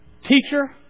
Teacher